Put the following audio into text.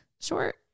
short